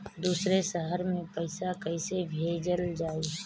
दूसरे शहर में पइसा कईसे भेजल जयी?